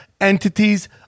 entities